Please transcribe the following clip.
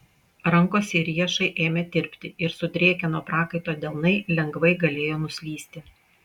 rankos ir riešai ėmė tirpti ir sudrėkę nuo prakaito delnai lengvai galėjo nuslysti